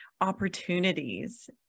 opportunities